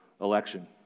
election